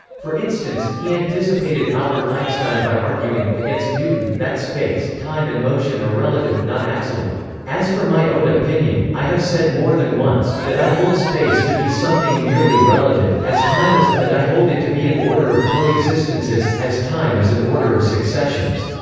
for instance, he anticipated albert einstein by arguing, against newton, that space, time and motion are relative, not absolute as for my own opinion, i have said more than once, that i hold space to be something merely relative, as time is, that i hold it to be an order of coexistences, as time is an order of successions.